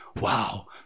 wow